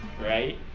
right